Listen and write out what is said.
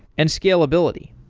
and scalability.